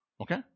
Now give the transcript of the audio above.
Okay